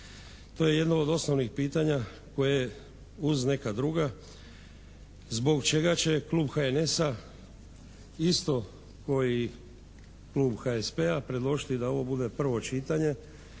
To je jedno od osnovnih pitanja koje uz neka druga zbog čega će klub HNS-a isto kao i klub HSP-a predložiti da ovo bude prvo čitanje